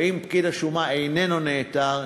ואם פקיד השומה איננו נעתר,